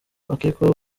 akekwaho